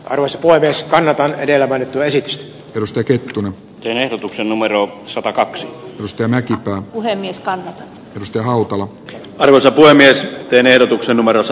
roos puolestaan on edellä mainittu esitys perustui keitetyn ehdotuksen numero satakaksi mustenee puhemies kalevi kivistö hautala ruso puhemies pen ehdotuksen numerossa